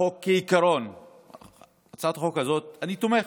כעיקרון בהצעת החוק הזאת אני תומך.